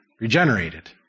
regenerated